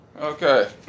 Okay